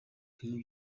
ibintu